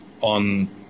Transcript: on